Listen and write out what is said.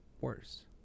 worse